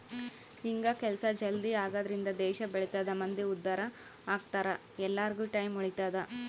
ಹಿಂಗ ಕೆಲ್ಸ ಜಲ್ದೀ ಆಗದ್ರಿಂದ ದೇಶ ಬೆಳಿತದ ಮಂದಿ ಉದ್ದಾರ ಅಗ್ತರ ಎಲ್ಲಾರ್ಗು ಟೈಮ್ ಉಳಿತದ